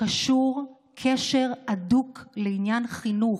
קשור בקשר הדוק לעניין החינוך,